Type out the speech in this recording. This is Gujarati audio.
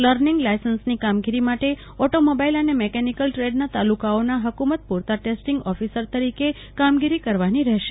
લર્નિંગ લાયસન્સની કામગીરી માટે ઓટો મોબાઈલ અને મેકેનિકલ દ્રેડના તાલુકાઓના હકુમત પુરતા ટ્રેસ્ટીંગ ઓફિસર તરીકે કામગીરી કરવાની રહેશે